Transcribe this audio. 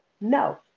no